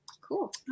cool